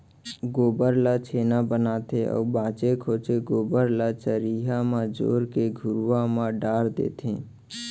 गोबर ल छेना बनाथे अउ बांचे खोंचे गोबर ल चरिहा म जोर के घुरूवा म डार देथे